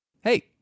Hey